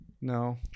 no